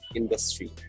industry